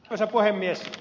arvoisa puhemies